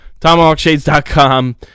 TomahawkShades.com